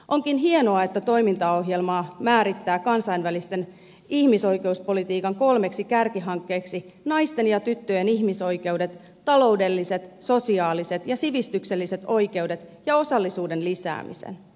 onkin hienoa että toimintaohjelma määrittää kansainvälisen ihmisoikeuspolitiikan kolmeksi kärkihankkeeksi naisten ja tyttöjen ihmisoikeudet taloudelliset sosiaaliset ja sivistykselliset oikeudet ja osallisuuden lisäämisen